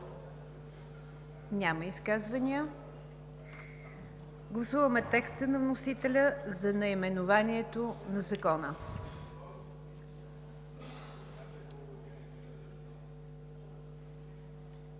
ли изказвания? Няма. Гласуваме текста на вносителя за наименованието на Закона.